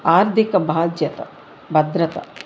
ఆర్ధిక బాధ్యత భద్రత